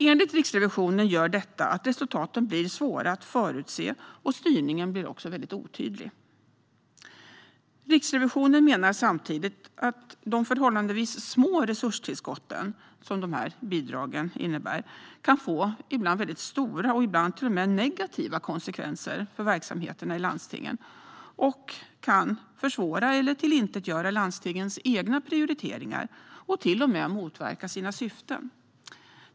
Enligt Riksrevisionen gör detta att resultaten blir svåra att förutse, och styrningen blir också väldigt otydlig. Riksrevisionen menar samtidigt att de förhållandevis små resurstillskott som bidragen innebär kan få väldigt stora och ibland till och med negativa konsekvenser för verksamheterna i landstingen. De kan försvåra eller tillintetgöra landstingens egna prioriteringar och till och med motverka sina syften.